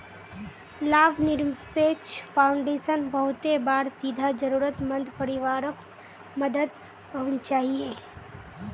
लाभ निरपेक्ष फाउंडेशन बहुते बार सीधा ज़रुरत मंद परिवारोक मदद पहुन्चाहिये